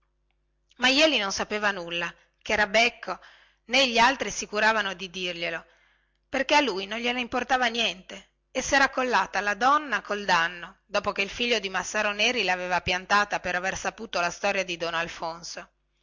ma jeli non sapeva nulla chera becco nè gli altri si curavano di dirglielo perchè a lui non gliene importava niente e sera accollata la donna col danno dopo che il figlio di massaro neri laveva piantata per aver saputo la storia di don alfonso